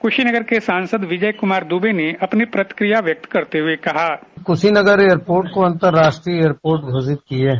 कुशीनगर के सांसद विजय कुमार दुबे ने अपनी प्रतिक्रिया व्यक्त करते हुए कहा कुशीनगर एयरपोर्ट को अतर्राष्ट्रीय एयरपोर्ट घोषित किये है